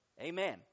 Amen